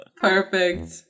Perfect